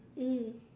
mm